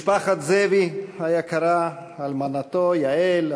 משפחת זאבי היקרה אלמנתו יעל,